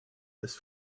this